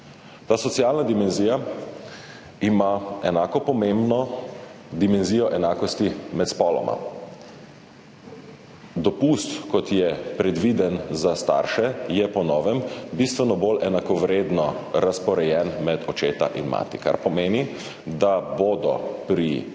Ta socialna dimenzija ima enako pomembno dimenzijo enakosti med spoloma. Dopust, kot je predviden za starše, je po novem bistveno bolj enakovredno razporejen med očeta in mater, kar pomeni, da bodo pri